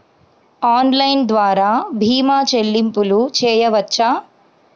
Online ద్వార భీమా చెల్లింపులు చేయవచ్చా?